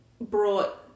brought